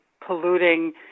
polluting